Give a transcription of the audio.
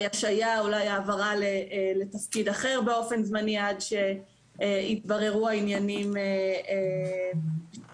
השעיה או העברה זמנית לתפקיד אחר עד שיתבררו העניינים בעניינו.